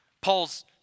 Paul's